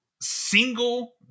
single